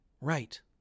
Right